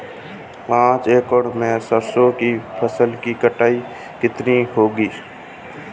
पांच एकड़ में सरसों की फसल की कटाई कितनी होगी?